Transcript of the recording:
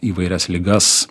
įvairias ligas